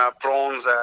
prawns